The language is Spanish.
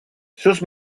sus